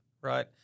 Right